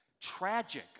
tragic